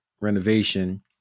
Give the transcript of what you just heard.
renovation